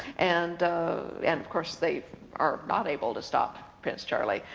and and of course they are not able to stop prince charlie,